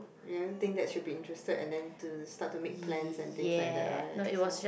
ya I don't think that she'll be interested and then to start to make plans and things like that right so